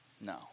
No